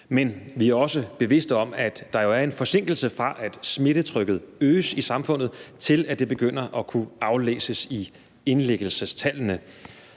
men vi er også bevidste om, at der er en forsinkelse, fra smittetrykket øges i samfundet, til det begynder at kunne aflæses i indlæggelsestallene.